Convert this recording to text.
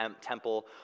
temple